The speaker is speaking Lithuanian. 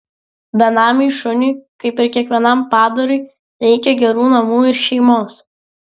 benamiui šuniui kaip ir kiekvienam padarui reikia gerų namų ir šeimos